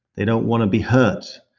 they don't want to be hurt.